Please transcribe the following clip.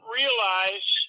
realize